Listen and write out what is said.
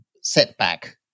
setback